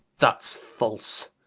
that's false